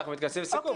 אנחנו מתכנסים לסיכום,